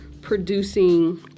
producing